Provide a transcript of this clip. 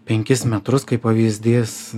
penkis metrus kaip pavyzdys